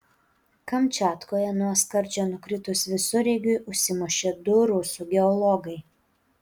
kamčiatkoje nuo skardžio nukritus visureigiui užsimušė du rusų geologai